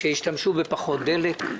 שישתמשו בפחות דלק,